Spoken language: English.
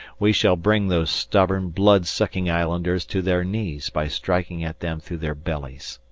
we shall bring those stubborn, blood-sucking islanders to their knees by striking at them through their bellies.